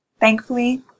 Thankfully